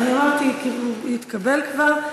אמרתי, התקבל כבר.